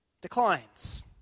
declines